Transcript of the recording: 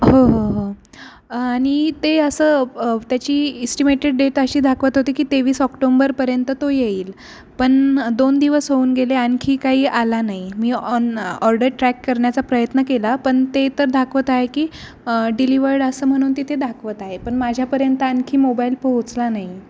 हो हो हो आणि ते असं त्याची इस्टिमेटेड डेट अशी दाखवत होती की तेवीस ऑक्टोंबरपर्यंत तो येईल पण दोन दिवस होऊन गेले आणखी काही आला नाही मी ऑन ऑर्डर ट्रॅक करण्याचा प्रयत्न केला पण ते तर दाखवत आहे की डिलिवर्ड असं म्हणून तिथे दाखवत आहे पण माझ्यापर्यंत आणखी मोबायल पोहोचला नाही